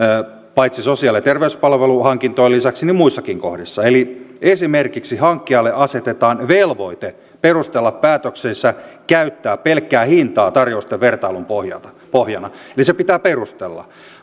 sosiaali ja terveyspalveluhankintojen lisäksi muissakin kohdissa esimerkiksi hankkijalle asetetaan velvoite perustella päätöksensä käyttää pelkkää hintaa tarjousten vertailun pohjana eli se pitää perustella